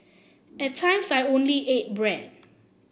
at times I only ate bread